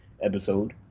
episode